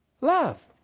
love